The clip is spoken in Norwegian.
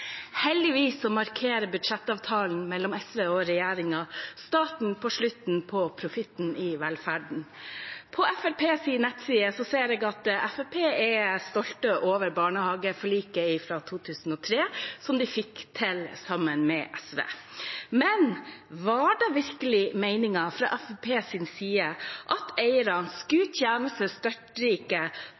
Heldigvis markerer budsjettavtalen mellom SV og regjeringen starten på slutten på profitten i velferden. På Fremskrittspartiets nettside ser jeg at Fremskrittspartiet er stolt av barnehageforliket i 2003, som de fikk til sammen med SV. Men var det virkelig meningen fra Fremskrittspartiets side at eierne skulle tjene